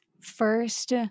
first